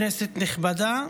כנסת נכבדה,